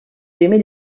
primer